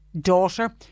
daughter